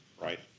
right